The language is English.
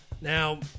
Now